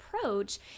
approach